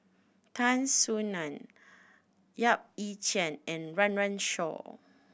Tan Soo Nan Yap Ee Chian and Run Run Shaw